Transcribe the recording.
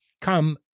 come